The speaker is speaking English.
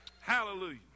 Hallelujah